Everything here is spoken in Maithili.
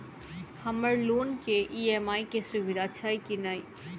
हम्मर लोन केँ ई.एम.आई केँ सुविधा छैय की नै?